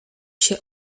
się